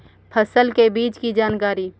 फसल के बीज की जानकारी?